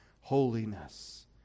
holiness